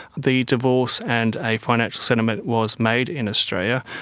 the divorce and a financial settlement was made in australia.